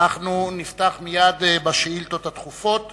נפתח מייד בשאילתות הדחופות